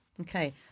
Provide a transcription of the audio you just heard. okay